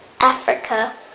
Africa